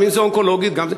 גם אם הם באונקולוגית וגם אם,